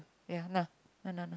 ya nah nah nah nah